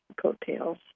coattails